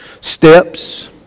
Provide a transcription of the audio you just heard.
Steps